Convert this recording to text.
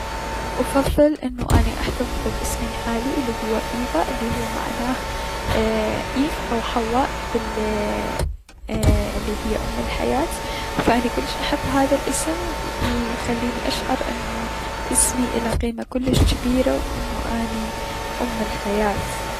افضل انو اني احتفظ بأسمي الحالي الي هو ايفا الي معناه ايي- ايف او حواء اي الي هي ام الحياة و اني احب هذا الأسم و و يخليني اشعر انو اسمي اله قيمة كلش جبيرة و انو اني ام بالحياة.